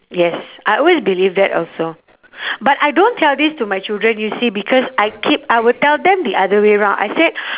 yes I always believe that also but I don't tell this to my children you see because I keep I will tell them the other way round I said